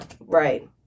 Right